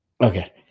Okay